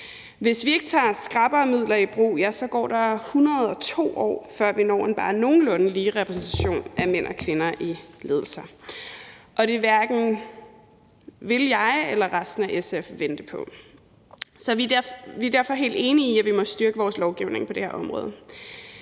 Hvis vi ikke tager skrappere midler i brug, går der 102 år, før vi når en bare nogenlunde lige repræsentation af mænd og kvinder i ledelser, og det vil hverken jeg eller resten af SF vente på. Vi er derfor helt enige i, at vi må styrke vores lovgivning på det her område.